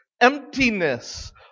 emptiness